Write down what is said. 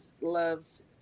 loves